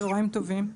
צוהריים טובים.